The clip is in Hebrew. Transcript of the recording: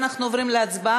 אנחנו עוברים להצבעה,